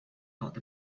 thought